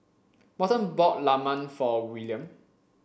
Morton bought Lemang for Willaim